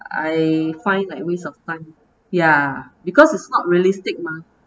I find like waste of time ya because it's not realistic mah